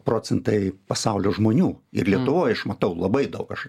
procentai pasaulio žmonių ir lietuvoj aš matau labai daug aš